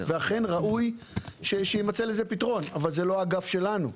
אכן ראוי שיימצא לזה פתרון, אבל זה לא האגף שלנו.